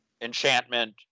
enchantment